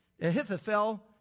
Ahithophel